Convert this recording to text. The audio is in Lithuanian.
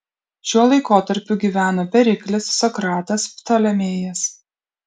šiuo laikotarpiu gyveno periklis sokratas ptolemėjas